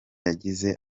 yagize